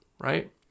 right